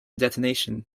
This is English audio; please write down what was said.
detonation